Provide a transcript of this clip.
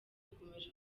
bikomeje